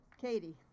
Katie